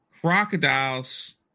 crocodiles